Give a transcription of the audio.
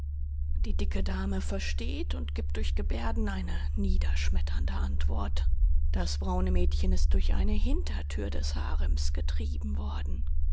die dicke dame versteht und gibt durch gebärden eine niederschmetternde antwort das braune mädchen ist durch eine hintertür des harems getrieben worden